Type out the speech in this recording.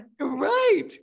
Right